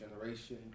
generation